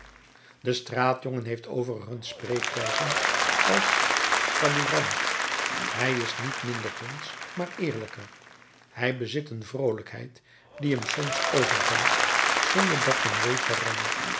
de straatjongen heeft overigens spreekwijzen als talleyrand hij is niet minder hondsch maar eerlijker hij bezit een vroolijkheid die hem soms overvalt zonder dat men weet waarom